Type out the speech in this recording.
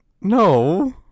no